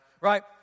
Right